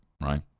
right